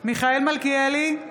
מיכאל מלכיאלי,